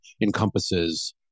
encompasses